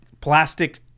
plastic